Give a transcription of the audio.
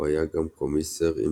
הוא היה גם קומיסר עם,